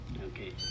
Okay